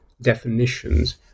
definitions